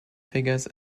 figures